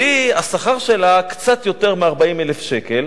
והשכר שלה הוא קצת יותר מ-40,000 שקל,